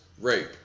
rape